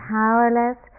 powerless